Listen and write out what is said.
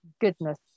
goodness